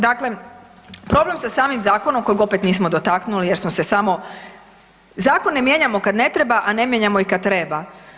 Dakle, problem sa samim Zakonom, kojeg opet nismo dotaknuli, jer smo se samo, zakone mijenjamo kad ne treba, a ne mijenjamo kad treba.